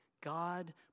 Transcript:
God